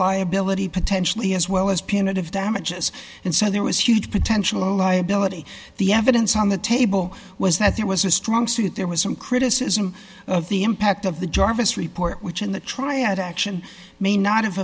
liability potentially as well as punitive damages and so there was huge potential liability the evidence on the table was that there was a strong suit there was some criticism of the impact of the jarvis report which in the triad action may not have